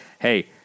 Hey